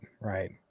right